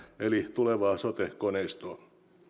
eli tulevaa sote koneistoa